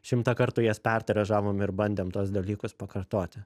šimtą kartų jas pertiražavom ir bandėm tuos dalykus pakartoti